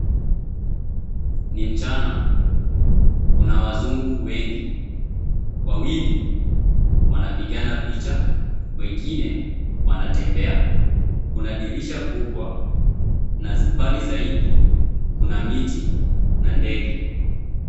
Ni mchana kuna wazungu wengi wawili wanapigana picha wengine wanatembea, kuna dirisha kubwa na mbali zaidi kuna miti na ndege.